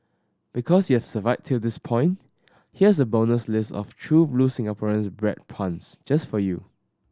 because you've survived till this point here's a bonus list of true blue Singaporean bread puns just for you